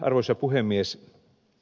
arvoisa puhemies